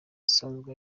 usanzwe